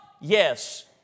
Yes